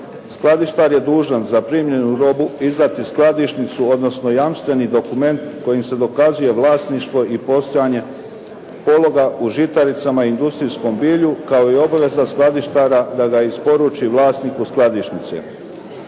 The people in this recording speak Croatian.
Skladištar je dužan za primljenu robu izdati skladišnicu, odnosno jamstveni dokument kojim se dokazuje vlasništvo i postojanje pologa u žitaricama i industrijskom bilju, kao i obaveza skladištara da ga isporuči vlasniku skladišnice.